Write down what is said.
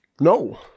No